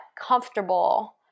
comfortable